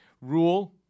rule